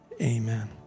Amen